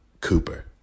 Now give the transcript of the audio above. Cooper